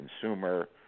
consumer